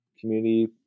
community